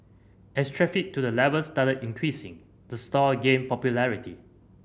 as traffic to the level started increasing the store again popularity